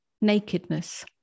nakedness